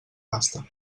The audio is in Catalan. basta